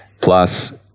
plus